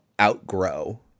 outgrow